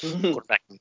Quarterback